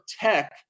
tech